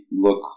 look